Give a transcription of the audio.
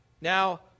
Now